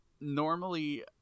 normally